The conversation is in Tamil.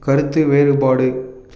கருத்து வேறுபாடு